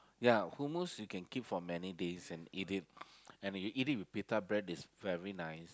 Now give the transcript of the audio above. ya who moves you can keep for many days and eat it and you eat it with pita bread is very nice